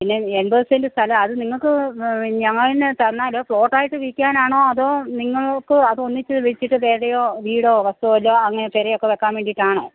പിന്നെ എൺപത് സെൻ്റ സ്ഥലം അത് നിങ്ങൾക്ക് ഞങ്ങളന്നെ തന്നാൽ പ്ലോട്ടായിറ്റ് വിൽക്കാനാണോ അതോ നിങ്ങൾക്ക് അതൊന്നിച്ച് വിറ്റിട്ട് പെരയോ വീടോ വസ്തുവെല്ലോ പെര വെക്കാൻ വേണ്ടിട്ടാണോ